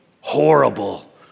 horrible